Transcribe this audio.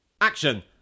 Action